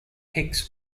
pics